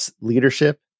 leadership